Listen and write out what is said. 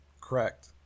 Correct